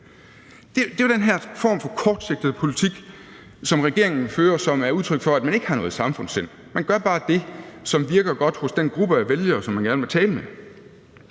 Det er jo den her form for kortsigtet politik, som regeringen fører, og som er udtryk for, at man ikke har noget samfundssind. Man gør bare det, som virker godt hos den gruppe af vælgere, som man gerne vil tale med.